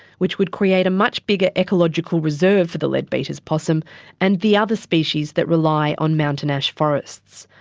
which would create a much bigger ecological reserve for the leadbeater's possum and the other species that rely on mountain ash forests.